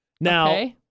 Now